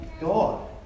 God